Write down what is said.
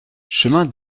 chemin